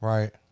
Right